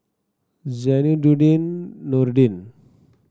Zainudin Nordin